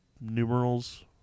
numerals